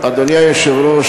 אדוני היושב-ראש,